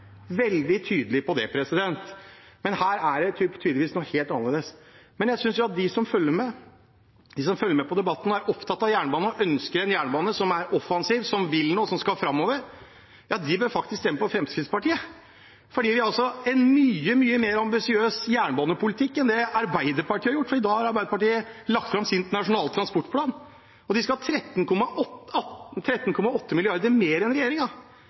veldig tydelig på det. Men her er det tydeligvis helt annerledes. Jeg synes at de som følger med på debatten og er opptatt av jernbane, og som ønsker en jernbane som er offensiv, som vil noe, og som skal framover, faktisk bør stemme på Fremskrittspartiet – fordi vi har en mye mer ambisiøs jernbanepolitikk enn det Arbeiderpartiet har. I dag har Arbeiderpartiet lagt fram sin nasjonale transportplan, og de skal ha 13,8 mrd. kr mer enn